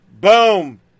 boom